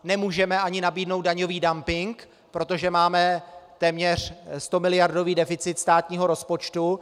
Nemůžeme ani nabídnout daňový dumping, protože máme téměř stomiliardový deficit státního rozpočtu.